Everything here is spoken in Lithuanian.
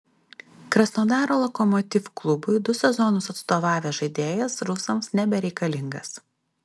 krasnodaro lokomotiv klubui du sezonus atstovavęs žaidėjas rusams nebereikalingas